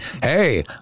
Hey